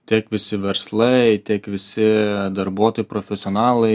tiek visi verslai tiek visi darbuotojai profesionalai